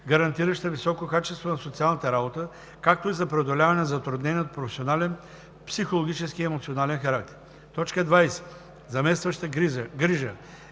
гарантираща високо качество на социалната работа, както и за преодоляване на затруднения от професионален, психологически и емоционален характер. 20. „Заместваща грижа“